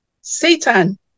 Satan